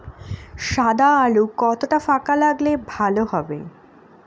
সাদা আলু কতটা ফাকা লাগলে ভালো হবে?